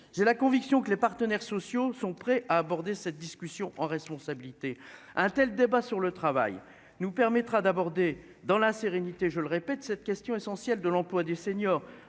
j'ai la conviction que les partenaires sociaux sont prêts à aborder cette discussion en responsabilité. Un tel débat sur le travail nous permettra d'aborder dans la sérénité, je le répète cette question essentielle de l'emploi des seniors